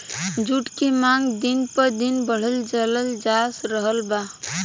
जुट के मांग दिन प दिन बढ़ल चलल जा रहल बा